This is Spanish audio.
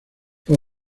fue